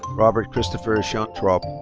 robert christopher schentrup.